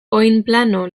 oinplano